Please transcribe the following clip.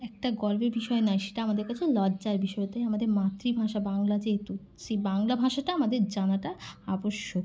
একটা গর্বের বিষয় নয় সেটা আমাদের কাছে লজ্জার বিষয় তাই আমাদের মাতৃভাষা বাংলা যেহেতু সে বাংলা ভাষাটা আমাদের জানাটা আবশ্যক